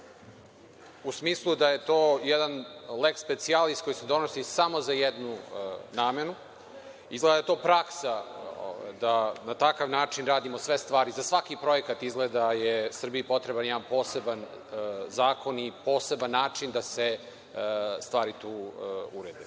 u smislu da je to jedan leks specijalis koji se donosi samo za jednu namenu. Izgleda da je to praksa da na takav način radimo sve stvari. Za svaki projekat je Srbiji potreban jedan poseban zakon i poseban način da se stvari urede. Kada